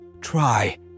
try